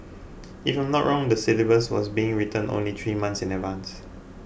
if I'm not wrong the syllabus was being written only three months in advance